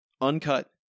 uncut